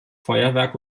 feuerwerk